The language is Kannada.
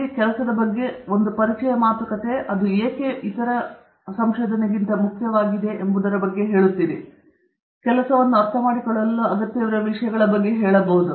ನಿಮ್ಮ ಕೆಲಸದ ಬಗ್ಗೆ ಒಂದು ಪರಿಚಯ ಮಾತುಕತೆ ನೀವು ಏಕೆ ಮುಖ್ಯವಾದುದು ಎಂಬುದರ ಬಗ್ಗೆ ಮಾತನಾಡುತ್ತೀರಿ ನಿಮ್ಮ ಕೆಲಸವನ್ನು ಅರ್ಥಮಾಡಿಕೊಳ್ಳಲು ಅಗತ್ಯವಿರುವ ವಿಷಯಗಳ ಬಗ್ಗೆ ಸರಿ ಹೇಳಬಹುದು